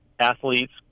athletes